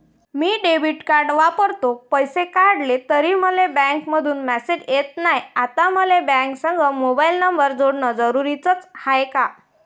मी debit card वापरतो, पैसे काढले तरी मले बँकेमंधून मेसेज येत नाय, आता मले बँकेसंग मोबाईल नंबर जोडन जरुरीच हाय का?